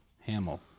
Hamill